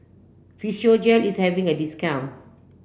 Physiogel is having a discount